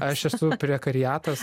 aš esu